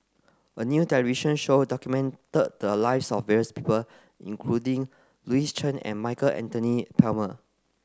a new television show documented the lives of various people including Louis Chen and Michael Anthony Palmer